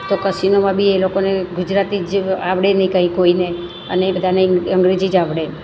તો કસિનોમાં બી એ લોકોને ગુજરાતી જ આવડે નહીં કંઈ કોઈને અને બધાને અંગ્રેજી જ આવડે